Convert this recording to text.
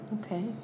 okay